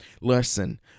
Listen